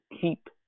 keep